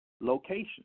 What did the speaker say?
location